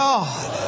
God